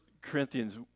Corinthians